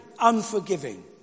unforgiving